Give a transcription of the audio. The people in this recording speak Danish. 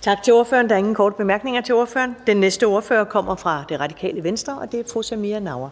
Tak til ordføreren. Der er ikke ønske om korte bemærkninger til ordføreren. Den næste ordfører kommer fra Venstre, og det er hr.